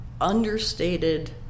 understated